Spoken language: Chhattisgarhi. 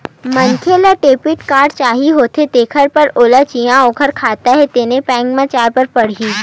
मनखे ल डेबिट कारड चाही होथे तेखर बर ओला जिहां ओखर खाता हे तेन बेंक म जाए बर परही